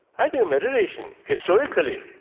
i think meditation, historically,